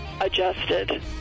adjusted